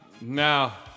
now